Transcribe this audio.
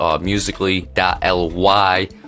musically.ly